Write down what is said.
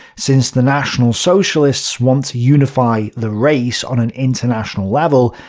since the national socialists want to unify the race on an international level,